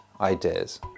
ideas